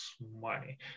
money